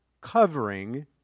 covering